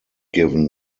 given